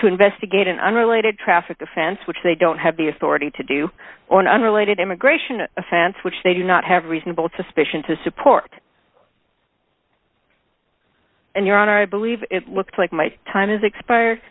to investigate an unrelated traffic offense which they don't have the authority to do on unrelated immigration an offense which they do not have reasonable suspicion to support and your honor i believe it looks like my time has expired